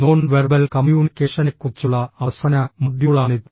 non verbal കമ്മ്യൂണിക്കേഷനെക്കുറിച്ചുള്ള അവസാന മൊഡ്യൂളാണിത്